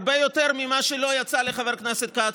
הרבה יותר ממה שלא יצא לחבר הכנסת כץ,